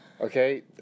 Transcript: Okay